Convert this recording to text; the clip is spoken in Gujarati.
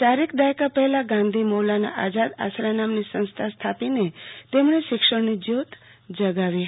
યારેક દાયકા પહેલા ગાંધી મૌલાના આઝાદ આશરા નામની સંસ્થા સ્થાપી તેમણે શિક્ષણની જયોત જગાવી હતી